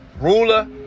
Ruler